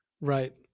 Right